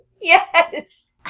Yes